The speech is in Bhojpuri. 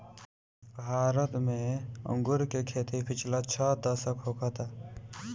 भारत में अंगूर के खेती पिछला छह दशक होखता